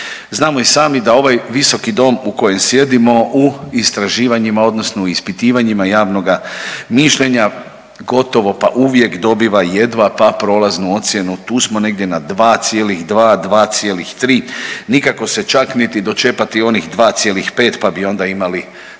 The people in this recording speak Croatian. Znamo i sami da ovaj visoki dom u kojem sjedimo u istraživanjima odnosno u ispitivanjima javnoga mišljenja gotovo pa uvijek dobiva jedva pa prolaznu ocjenu. Tu smo negdje na 2,2, 2,3 nikako se čak niti dočepati onih 2,5 pa bi onda imali tzv.